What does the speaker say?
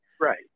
Right